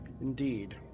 Indeed